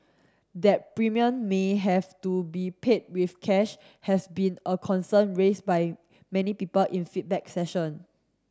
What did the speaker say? that premium may have to be paid with cash has been a concern raised by many people in feedback session